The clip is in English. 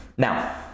Now